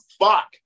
fuck